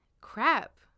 crap